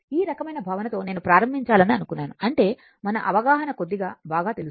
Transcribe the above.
ఈ రకమైన భావన తో నేను ప్రారంభిచాలని అనుకున్నాను అంటే మన అవగాహన కొద్దిగా బాగా తెలుస్తుంది